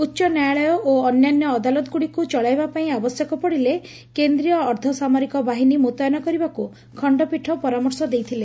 ଉଚ ନ୍ୟାୟାଳୟ ଓ ଅନ୍ୟାନ୍ୟ ଅଦାଲତଗୁଡ଼ିକୁ ଚଳାଇବା ପାଇଁ ଆବଶ୍ୟକ ପଡ଼ିଲେ କେନ୍ଦୀୟ ଅର୍ଦ୍ଧସାମରିକ ବାହିନୀ ମୁତୟନ କରିବାକୁ ଖଖପୀଠ ପରାମର୍ଶ ଦେଇଥିଲେ